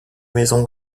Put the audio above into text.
maison